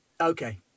Okay